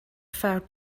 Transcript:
failed